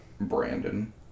Brandon